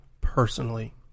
personally